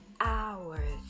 hours